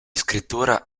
scrittura